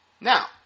Now